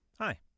Hi